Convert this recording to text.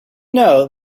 know